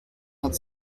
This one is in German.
hat